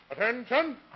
attention